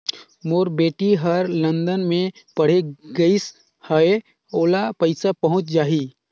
मोर बेटी हर लंदन मे पढ़े गिस हय, ओला पइसा पहुंच जाहि?